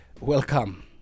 Welcome